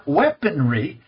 weaponry